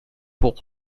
pour